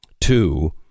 Two